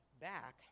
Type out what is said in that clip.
back